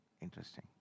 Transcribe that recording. Interesting